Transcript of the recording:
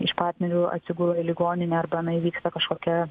iš partnerių atsigula į ligoninę arba na įvyksta kažkokia